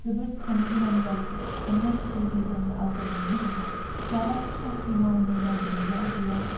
जोबोद साननो गोनां जायो सान्नाय लोगो लोगो जों आवगायलांनो हाया माबाफोर साख्रि मावनो नागिरदोब्ला बेयाव